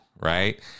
right